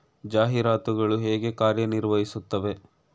ಜಾಹೀರಾತುಗಳು ಹೇಗೆ ಕಾರ್ಯ ನಿರ್ವಹಿಸುತ್ತವೆ?